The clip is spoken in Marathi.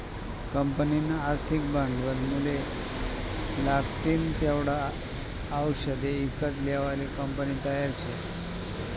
कंपनीना आर्थिक भांडवलमुये लागतीन तेवढा आवषदे ईकत लेवाले कंपनी तयार शे